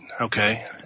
okay –